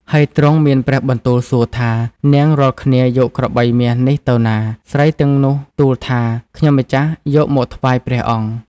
ហើយទ្រង់មានព្រះបន្ទូលសួរថា “នាងរាល់គ្នាយកក្របី មាសនេះទៅណា ?” ស្រីទាំងនោះទួលថា“ខ្ញុំម្ចាស់យកមកថ្វាយព្រះអង្គ ” ។